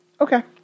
Okay